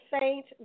saint